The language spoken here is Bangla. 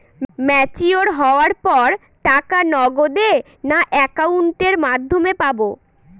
ম্যচিওর হওয়ার পর টাকা নগদে না অ্যাকাউন্টের মাধ্যমে পাবো?